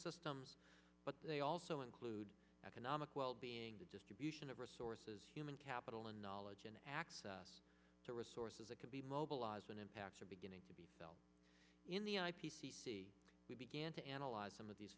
systems but they also include economic wellbeing the distribution of resources human capital and knowledge and access to resources that can be mobilized and impacts are beginning to be felt in the i p c c we began to analyze some of these